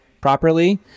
properly